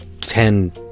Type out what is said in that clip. ten